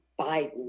Biden